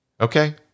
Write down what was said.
Okay